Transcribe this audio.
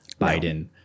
Biden